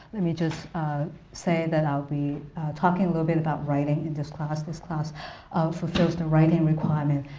let me just say that i'll be talking a little bit about writing in this class. this class fulfills the writing requirement.